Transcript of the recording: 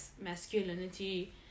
masculinity